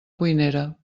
cuinera